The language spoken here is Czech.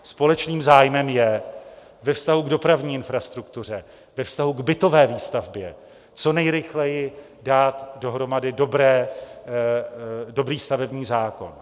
Společným zájmem je ve vztahu k dopravní infrastruktuře, ve vztahu k bytové výstavbě co nejrychleji dát dohromady dobrý stavební zákon.